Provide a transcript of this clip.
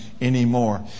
anymore